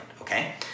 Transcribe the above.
okay